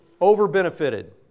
over-benefited